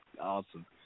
awesome